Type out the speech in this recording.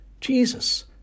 Jesus